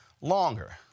longer